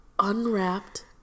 unwrapped